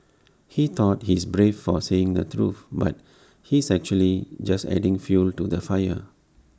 he thought he's brave for saying the truth but he's actually just adding fuel to the fire